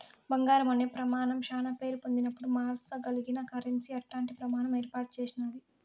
బంగారం అనే ప్రమానం శానా పేరు పొందినపుడు మార్సగలిగిన కరెన్సీ అట్టాంటి ప్రమాణం ఏర్పాటు చేసినాది